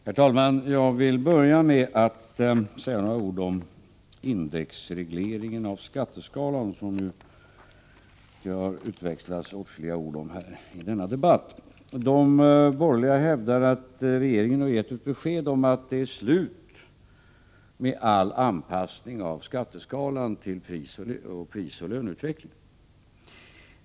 Herr talman! Jag vill börja med att säga något om indexregleringen av skatteskalan, som det har växlats åtskilliga ord om i denna debatt. De borgerliga hävdar att regeringen har gett ett besked om att det är slut med all anpassning av skatteskalorna till prisoch löneutvecklingen.